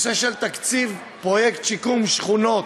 תקציב פרויקט שיקום שכונות,